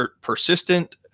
persistent